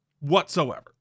Whatsoever